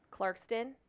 Clarkston